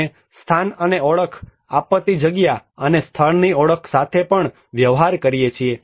અમે સ્થાન અને ઓળખ આપતી જગ્યા અને સ્થળની ઓળખ સાથે પણ વ્યવહાર કરીએ છીએ